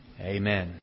amen